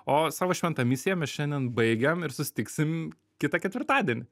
o savo šventą misiją mes šiandien baigiam ir susitiksim kitą ketvirtadienį